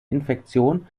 infektion